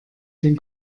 den